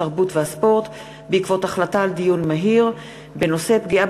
התרבות והספורט בעקבות דיון מהיר בנושא: פגיעה